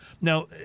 now